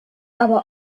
aber